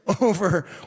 over